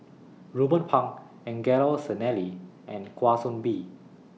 Ruben Pang Angelo Sanelli and Kwa Soon Bee